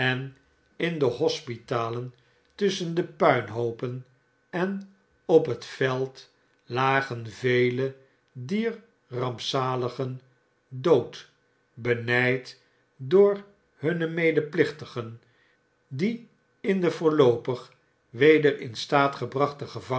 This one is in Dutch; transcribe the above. in de hospitalen tusschendepuinhoopen en op het veld lagen vele dier rampzaligen dood benijd door hunne medeplichtigen die in de voorloopig weder in staat gebrachte